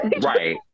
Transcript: Right